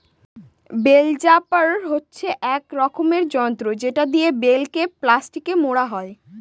bell wrapper হচ্ছে এক রকমের যন্ত্র যেটা দিয়ে বেল কে প্লাস্টিকে মোড়া হয়